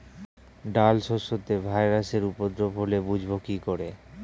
ডাল শস্যতে ভাইরাসের উপদ্রব হলে বুঝবো কি করে?